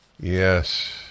Yes